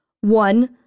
One